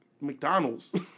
McDonald's